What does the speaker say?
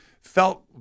felt